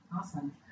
Awesome